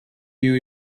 new